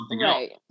right